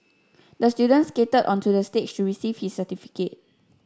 the student skated onto the stage to receive his certificate